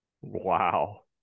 Wow